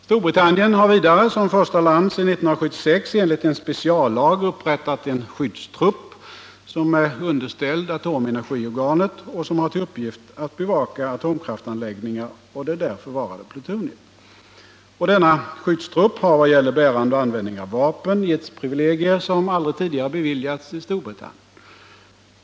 Storbritannien har vidare som första land sedan 1976 enligt en speciallag upprättat en skyddstrupp, som är underställd atomenergiorganet och som har till uppgift att bevaka atomkraftsanläggningar och det där förvarade plutoniet. Och denna skyddstrupp har i vad gäller bärande och användning av vapen getts privilegier som aldrig tidigare beviljats i Storbritannien.